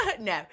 No